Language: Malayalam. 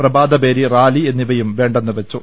പ്രഭാതഭേരി റാലി എന്നിവയും വേണ്ടെന്ന് വെച്ചു